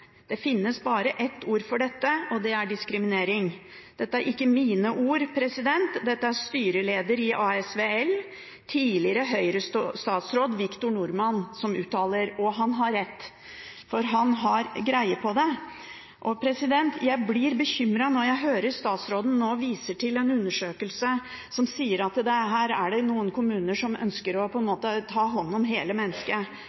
Det finnes bare ett ord for dette – diskriminering.» Dette er ikke mine ord, dette er det styreleder i ASVL, tidligere Høyre-statsråd Victor Norman, som uttaler, og han har rett, for han har greie på det. Jeg blir bekymret når jeg hører at statsråden nå viser til en undersøkelse som sier at det er noen kommuner som på en måte ønsker å ta hånd om hele mennesket.